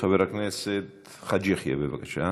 חבר הכנסת חאג' יחיא, בבקשה.